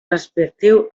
respectiu